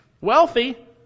wealthy